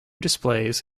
displays